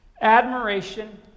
admiration